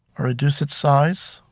reduce its size.